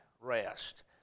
rest